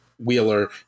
Wheeler